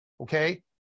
okay